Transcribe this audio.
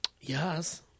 Yes